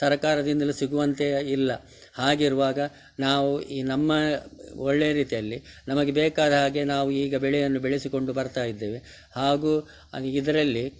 ಸರಕಾರದಿಂದಲೂ ಸಿಗುವಂತೆ ಇಲ್ಲ ಹಾಗಿರುವಾಗ ನಾವು ಈ ನಮ್ಮ ಒಳ್ಳೆ ರೀತಿಯಲ್ಲಿ ನಮಗೆ ಬೇಕಾದ ಹಾಗೆ ನಾವು ಈಗ ಬೆಳೆಯನ್ನು ಬೆಳೆಸಿಕೊಂಡು ಬರ್ತಾಯಿದ್ದೇವೆ ಹಾಗೂ ಇದರಲ್ಲಿ